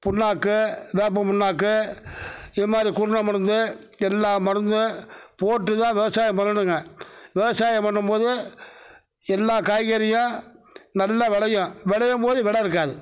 புண்ணாக்கு வேப்பம் புண்ணாக்கு இது மாதிரி குருணை மருந்து எல்லா மருந்து போட்டுதான் விவசாயம் பண்ணணுங்க விவசாயம் பண்ணும்போது எல்லா காய்கறியும் நல்லா விளையும் விளையும்போது வெடை இருக்காது